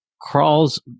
crawls